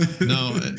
No